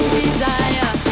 desire